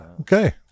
Okay